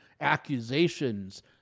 accusations